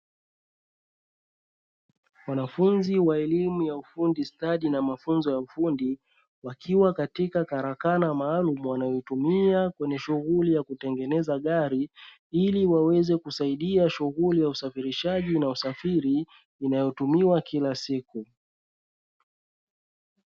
Wanafunzi wa eliku ya ufundi stadi na mafunzo ya ufundi, wakiwa katika karakana maalum wanayo itumia kwenye shughuli ya kutengeneza gari, ili waweze kusaidia shughuli ya usafirishaji na usafiri inayo tumiwa kila siku.